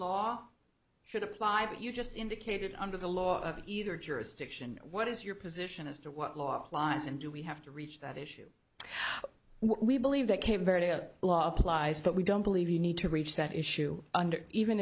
law should apply but you just indicated under the law of either jurisdiction what is your position as to what law applies and do we have to reach that issue we believe that came very a lot plies but we don't believe you need to reach that issue